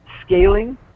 scaling